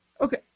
Okay